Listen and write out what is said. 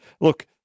look